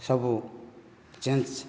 ସବୁ ଚେଞ୍ଜ